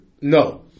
No